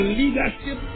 leadership